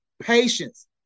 patience